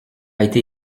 été